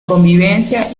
convivencia